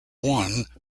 one